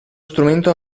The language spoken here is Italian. strumento